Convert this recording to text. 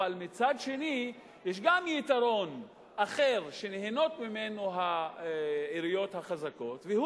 ומצד שני יש גם יתרון אחר שהעיריות החזקות נהנות ממנו,